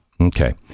Okay